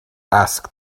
ask